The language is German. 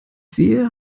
sehe